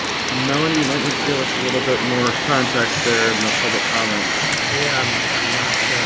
melanie you might need to give us a little bit more context there in the public comments. yeah i'm not